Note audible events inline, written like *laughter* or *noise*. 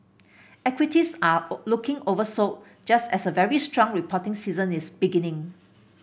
equities are *unintelligible* looking oversold just as a very strong reporting season is beginning